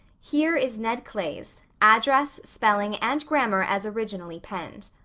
here is ned clay's, address, spelling, and grammar as originally penned.